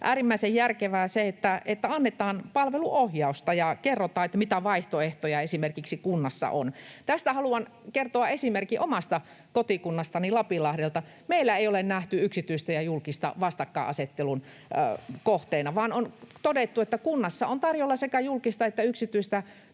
äärimmäisen järkevää se, että annetaan palveluohjausta ja kerrotaan, mitä vaihtoehtoja esimerkiksi kunnassa on. Tästä haluan kertoa esimerkin omasta kotikunnastani Lapinlahdelta. Meillä ei ole nähty yksityistä ja julkista vastakkainasettelun kohteena, vaan on todettu, että kunnassa on tarjolla sekä julkista että yksityistä